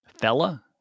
Fella